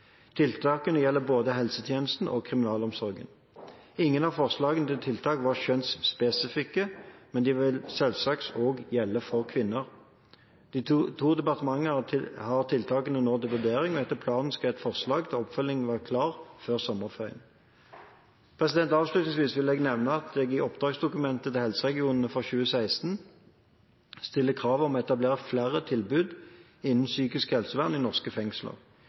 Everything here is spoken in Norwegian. kriminalomsorgen. Ingen av forslagene til tiltak var kjønnsspesifikke, men de vil selvsagt også gjelde for kvinner. De to departementene har nå tiltakene til vurdering, og etter planen skal et forslag til oppfølging være klart før sommerferien. Avslutningsvis vil jeg nevne at jeg i oppdragsdokumentet til helseregionene for 2016 stilte krav om å etablere flere tilbud innen psykisk helsevern i norske fengsler.